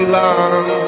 long